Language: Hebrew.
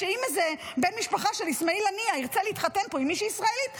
שאם איזה בן משפחה של איסמעיל הנייה ירצה להתחתן פה עם מישהי ישראלית,